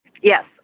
Yes